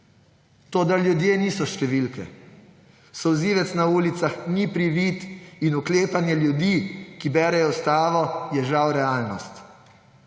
To, da ljudje niso številke. Solzivec na ulicah ni privid in oklepanje ljudi, ki berejo ustavo, je žal realnost.